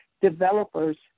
developers